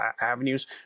avenues